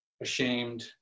ashamed